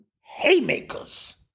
haymakers